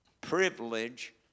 privilege